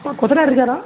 ஆ கொத்தனார் இருக்காரா